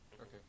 Okay